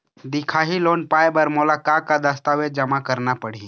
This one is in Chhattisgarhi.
दिखाही लोन पाए बर मोला का का दस्तावेज जमा करना पड़ही?